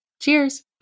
Cheers